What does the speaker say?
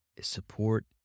support